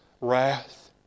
wrath